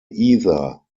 either